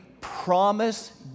Promise